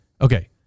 Okay